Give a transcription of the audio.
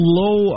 low